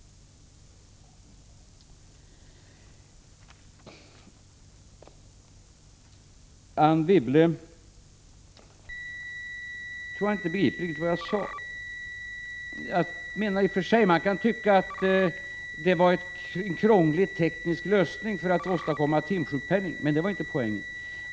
Anne Wibble tror jag inte begriper riktigt vad jag sade. I och för sig kan man tycka att det är krånglig teknisk lösning för att åstadkomma timsjukpenning, men det var inte poängen.